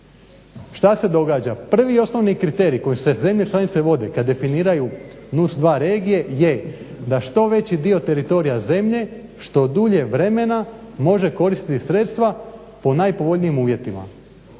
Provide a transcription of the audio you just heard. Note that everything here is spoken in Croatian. Šta se događa? Prvi i osnovni kriterij koji zemlje članice vode kad definiraju NUTS-2 regije je da što veći dio teritorija zemlje, što dulje vremena može koristiti sredstva po najpovoljnijim uvjetima.